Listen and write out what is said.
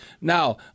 Now